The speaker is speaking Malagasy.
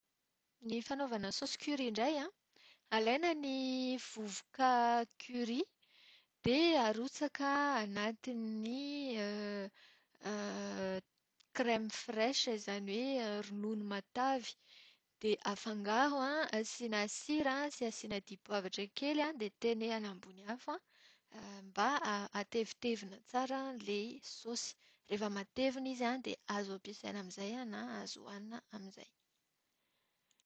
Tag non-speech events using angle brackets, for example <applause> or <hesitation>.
Ny fanaovana saosy curry indray an, alaina ny vovoka curry, dia arotsaka anatin'ny <hesitation> crème fraiche izany hoe ronono matavy. Dia afangaro an, asiana sira sy dipoavatra kely dia tenehina ambony afo mba hatevintevina tsara ilay saosy. Rehefa matevina izy an, dia azo ampiasaina amin'izay na azo hohanina amin'izay.